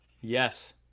Yes